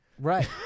Right